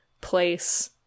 place